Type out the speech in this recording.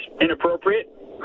inappropriate